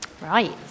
Right